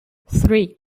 three